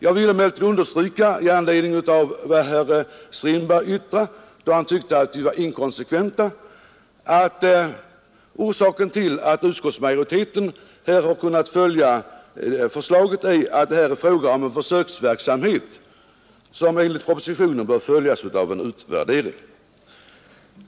Jag vill emellertid understryka, i anledning av att herr Strindberg tyckte att vi var inkonsekventa, att orsaken till att utskottsmajoriteten har kunnat tillstyrka detta förslag är att det är fråga om en försöksverksamhet, som enligt propositionen bör följas av en utvärdering.